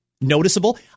noticeable